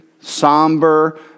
somber